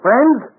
Friends